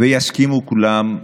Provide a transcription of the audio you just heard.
ויסכימו כולם,